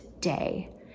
Day